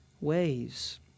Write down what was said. ways